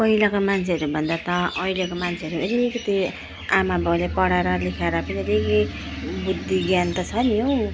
पहिलाका मान्छेहरू भन्दा त अहिलेका मान्छेहरूले अलिकति आमाबाउले पढाएर लेखाएर पनि केही केही बुद्धि ज्ञान त छ नि हौ